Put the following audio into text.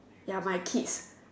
ya my kids